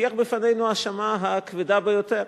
הטיח בפנינו האשמה כבדה ביותר: